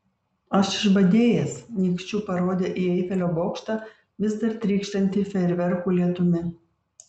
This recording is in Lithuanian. aš išbadėjęs nykščiu parodė į eifelio bokštą vis dar trykštantį fejerverkų lietumi